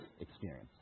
experience